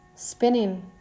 Spinning